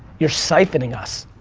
you're siphoning us.